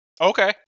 Okay